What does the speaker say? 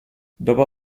dopo